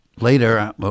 Later